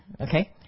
okay